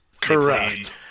Correct